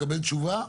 לקבל תשובה,